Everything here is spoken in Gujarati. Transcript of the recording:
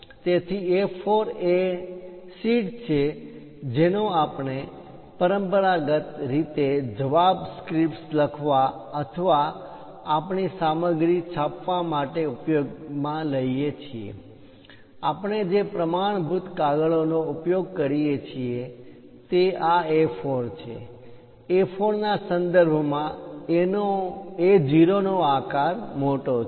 તેથી A4 એ શીટ છે જેનો આપણે પરંપરાગત રીતે જવાબ સ્ક્રિપ્ટ લખવા અથવા આપણી સામગ્રી છાપવા માટે ઉપયોગમાં લઈએ છીએ આપણે જે પ્રમાણભૂત કાગળનો ઉપયોગ કરીએ છીએ તે આ A4 છે A4 ના સંદર્ભમાં A0 નો આકાર મોટો છે